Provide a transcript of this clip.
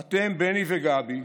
ואתם, בני וגבי,